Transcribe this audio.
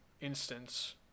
instance